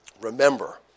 Remember